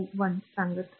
21 सांगत आहे